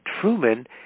Truman